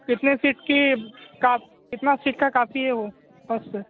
کتنے سیٹ کی کا کتنا سیٹ کا کافی ہو بس سے